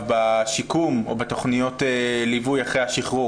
בשיקום או בתוכניות ליווי אחרי השחרור.